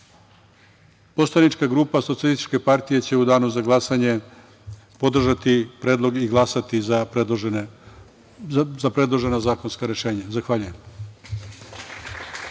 SFRJ.Poslanička grupa SPS će u danu za glasanje podržati predlog i glasati za predložena zakonska rešenja. Zahvaljujem.